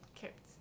kept